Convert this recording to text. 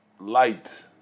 light